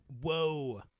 Whoa